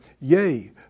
Yea